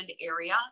area